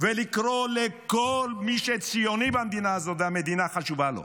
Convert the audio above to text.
ולקרוא לכל מי שציוני במדינה הזאת ושהמדינה חשובה לו: